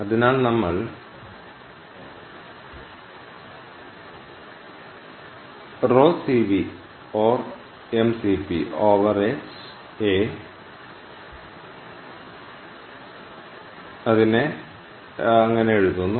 അതിനാൽ നമ്മൾ എന്ന് എഴുതുന്നു